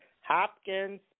Hopkins